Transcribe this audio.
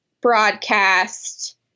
broadcast